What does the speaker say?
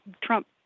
Trump